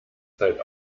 zeit